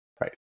right